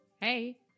Hey